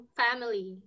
family